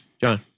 john